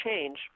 change